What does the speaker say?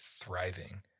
thriving